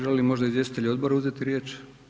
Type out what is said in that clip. Žele li možda izvjestitelji odbora uzeti riječ?